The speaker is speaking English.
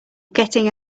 getting